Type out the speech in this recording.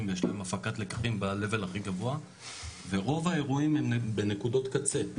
ויש להם הפקת לקחים בlevel הכי גבוה ורוב האירועים הם בנקודות קצה,